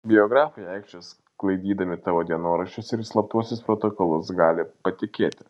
biografai aikčios sklaidydami tavo dienoraščius ir slaptuosius protokolus gali patikėti